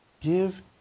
Give